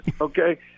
okay